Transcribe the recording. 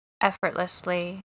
effortlessly